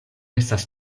estas